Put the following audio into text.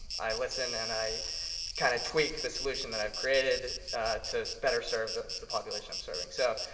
i listen and i kind of tweak the solution that i've created to better serve the the population i'm serving. so